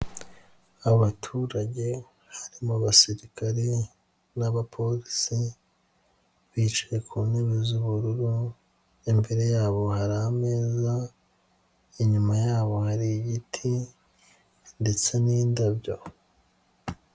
Abaturage harimo abasirikare n'abapolisi, bicaye ku ntebe z'ubururu, imbere yabo hari ameza, inyuma yabo hari ibiti ndetse n'indabyo.